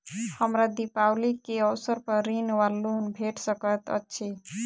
हमरा दिपावली केँ अवसर पर ऋण वा लोन भेट सकैत अछि?